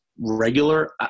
regular